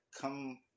come